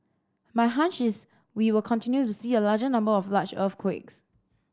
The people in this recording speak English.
my hunch is we will continue to see a larger number of large earthquakes